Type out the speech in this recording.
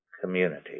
community